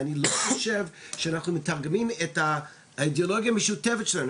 ואני לא חושב שאנחנו מתרגמים את האידיאולוגיה המשותפת שלנו,